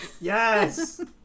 Yes